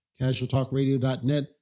Casualtalkradio.net